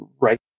right